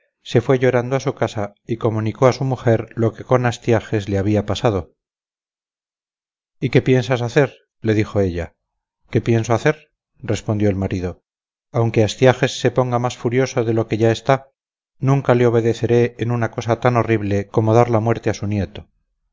se fue llorando a su casa y comunicó a su mujer lo que con astiages le había pasado y qué piensas hacer le dijo ella que pienso hacer respondió el marido aunque astiages se ponga más furioso de lo que ya está nunca le obedeceré en una cosa tan horrible como dar la muerte a su nieto